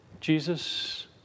Jesus